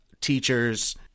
teachers